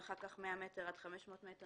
ואחר כך 100-500 מטר